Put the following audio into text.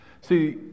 See